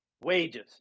Wages